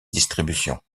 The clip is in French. distribution